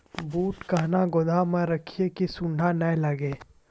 बूट कहना गोदाम मे रखिए की सुंडा नए लागे?